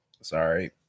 Sorry